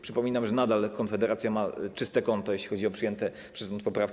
Przypominam, że nadal Konfederacja ma czyste konto, jeśli chodzi o przyjęte przez rząd poprawki.